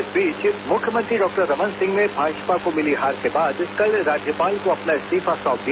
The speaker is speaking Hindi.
इस बीच मुख्यमंत्री डॉ रमन सिंह ने भाजपा को मिली हार के बाद कल राज्यपाल को अपना इस्तीफा सौंप दिया